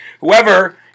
whoever